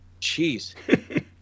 Jeez